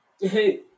hey